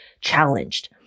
challenged